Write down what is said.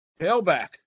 Tailback